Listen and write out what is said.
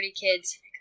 kids